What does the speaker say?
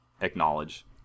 acknowledge